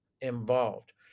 involved